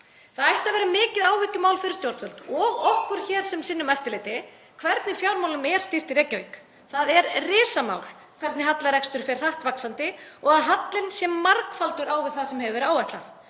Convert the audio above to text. Það ætti að vera mikið áhyggjumál fyrir stjórnvöld og okkur hér sem sinnum eftirliti, hvernig fjármálum er stýrt í Reykjavík. Það er risamál hvernig hallarekstur fer hratt vaxandi og að hallinn sé margfaldur á við það sem hefur verið